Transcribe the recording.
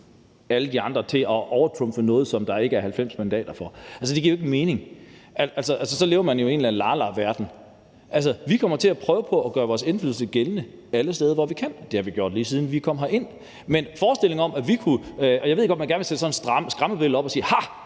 alle de andre til at overtrumfe noget, som der er 90 mandater bag. Det giver jo ikke mening. Så lever man jo i en eller anden la-la-verden. Vi kommer til at prøve på at gøre vores indflydelse gældende alle steder, hvor vi kan. Det har vi gjort, lige siden vi kom herind. Jeg ved godt, at man gerne vil sætte sådan et skræmmebillede op og sige: Ha,